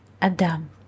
Adam